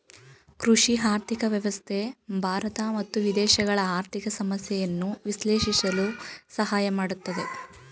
ಕೃಷಿ ಆರ್ಥಿಕ ವ್ಯವಸ್ಥೆ ಭಾರತ ಮತ್ತು ವಿದೇಶಗಳ ಆರ್ಥಿಕ ಸಮಸ್ಯೆಯನ್ನು ವಿಶ್ಲೇಷಿಸಲು ಸಹಾಯ ಮಾಡುತ್ತದೆ